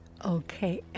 Okay